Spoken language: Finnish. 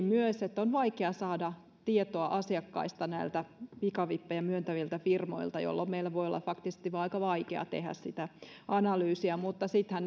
myös että on vaikea saada tietoa asiakkaista näiltä pikavippejä myöntäviltä firmoilta jolloin meillä voi olla faktisesti aika vaikea tehdä sitä analyysiä mutta